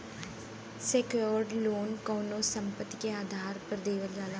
secured loan कउनो संपत्ति के आधार पर देवल जाला